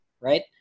right